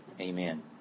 amen